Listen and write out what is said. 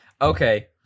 Okay